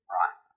right